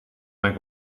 mijn